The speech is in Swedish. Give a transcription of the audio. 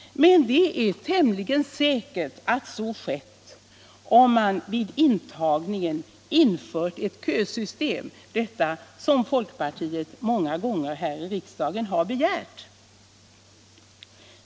Men det är tämligen säkert att så skett, om man vid intagningen infört ett kösystem, dvs. ett sådant system som folkpartiet många gånger har begärt här i riksdagen.